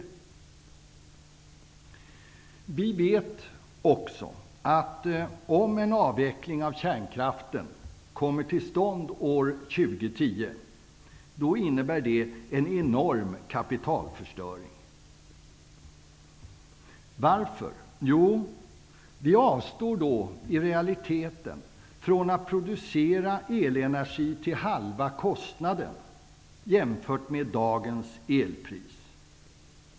Vi vet också, att om en avveckling av kärnkraften kommer till stånd år 2010, innebär det en enorm kapitalförstöring. Varför? Jo, vi avstår då i realiteten från att producera elenergi till halva kostnaden - jämfört med dagens elpris.